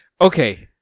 okay